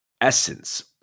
essence